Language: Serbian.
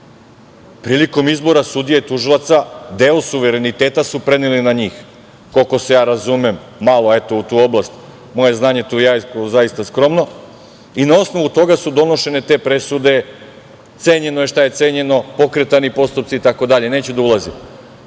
prilikom izbora sudija tužilaca, deo suvereniteta su preneli na njih, koliko se ja razumem malo u tu oblast, moje znanje je tu zaista skromno, i na osnovu toga su donošene te presude, cenjeno je šta je cenjeno, pokretani postupci itd. Neću da ulazim,